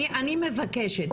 אני מבקשת.